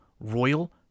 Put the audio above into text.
Royal